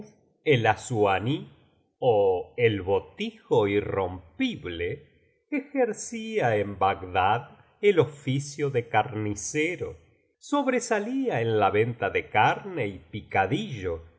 tuerto el kuz el assuaníj ó el botijo irrompityle ejercía en bagdad el oficio de carnicero sobresalía en la venta de carne y picadillo